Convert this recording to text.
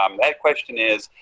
um like question is,